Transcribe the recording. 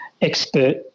expert